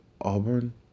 Auburn